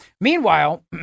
Meanwhile